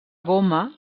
goma